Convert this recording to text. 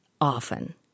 often